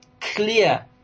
clear